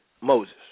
Moses